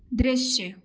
दृश्य